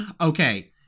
Okay